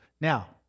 Now